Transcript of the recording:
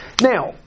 Now